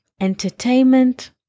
entertainment